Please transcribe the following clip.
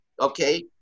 Okay